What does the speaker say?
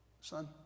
son